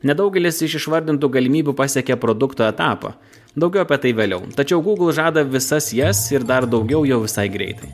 nedaugelis iš išvardintų galimybių pasiekė produkto etapą daugiau apie tai vėliau tačiau gūgl žada visas jas ir dar daugiau jau visai greitai